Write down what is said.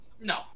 No